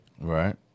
Right